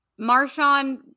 Marshawn